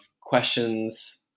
questions